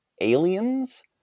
aliens